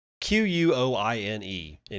Q-U-O-I-N-E